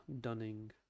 Dunning